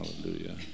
Hallelujah